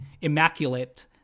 immaculate